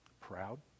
proud